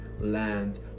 land